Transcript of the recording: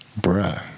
bruh